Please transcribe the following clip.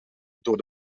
door